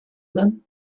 then